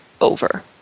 over